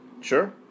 Sure